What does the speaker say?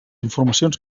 informacions